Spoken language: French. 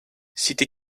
cité